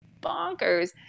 bonkers